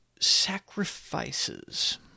sacrifices